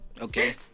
Okay